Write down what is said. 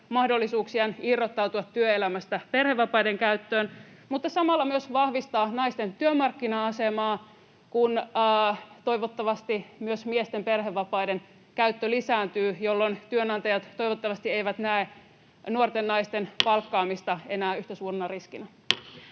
mahdollisuuksiaan irrottautua työelämästä perhevapaiden käyttöön mutta samalla myös vahvistaa naisten työmarkkina-asemaa, kun toivottavasti myös miesten perhevapaiden käyttö lisääntyy, jolloin työnantajat toivottavasti eivät näe nuorten naisten palkkaamista enää